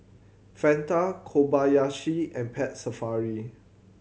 Fanta Kobayashi and Pet Safari